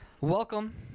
welcome